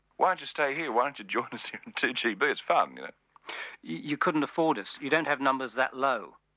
why don't you stay here, why don't you join us here in two gb it's fun you know? you couldn't afford us, you don't have numbers that low.